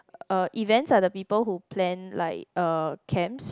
uh events are the people who plan like uh camps